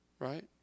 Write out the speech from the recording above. Right